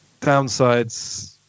downsides